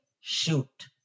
shoot